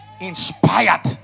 inspired